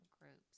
groups